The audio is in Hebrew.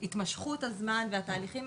התמשכות הזמן והתהליכים,